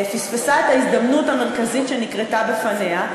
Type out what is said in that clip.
פספסה את ההזדמנות המרכזית שנקרתה בפניה,